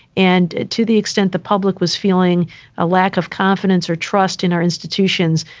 and to the extent the public was feeling a lack of confidence or trust in our institutions.